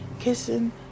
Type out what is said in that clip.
kissing